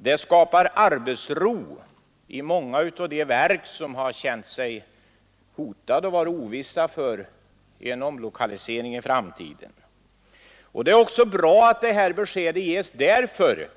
Det skapar arbetsro i många av de verk som har känt sig hotade av en eventuell omlokalisering i framtiden. Det är också bra att beskedet ges därför